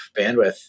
bandwidth